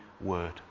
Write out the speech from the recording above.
word